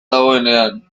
dagoenean